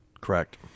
Correct